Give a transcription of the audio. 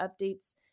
updates